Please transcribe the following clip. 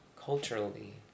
culturally